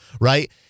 right